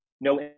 no